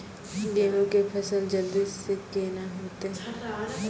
गेहूँ के फसल जल्दी से के ना होते?